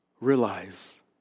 realize